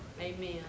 Amen